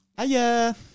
hiya